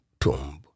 tomb